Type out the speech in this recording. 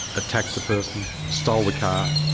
attacked the person, stole the car,